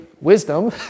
wisdom